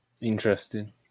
interesting